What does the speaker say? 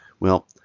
well